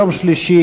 יום שלישי,